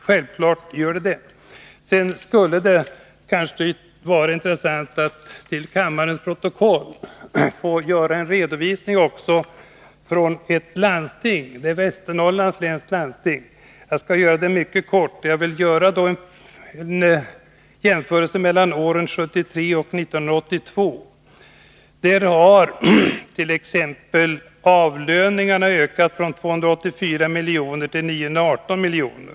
Sedan skulle det vara intressant att till kammarens protokoll få göra en redovisning från ett landsting — Västernorrlands läns landsting. Jag skall göra en mycket kortfattad jämförelse mellan åren 1973 och 1982. Exempelvis har avlöningarna ökat från 284 miljoner till 918 miljoner.